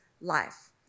life